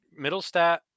Middlestat